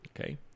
Okay